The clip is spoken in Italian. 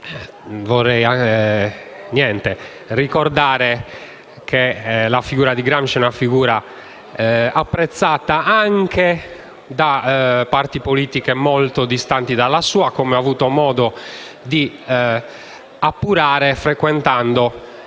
Vorrei ricordare che la figura di Gramsci è apprezzata anche da parti politiche molto distanti dalla sua, come ho avuto modo di appurare, avendo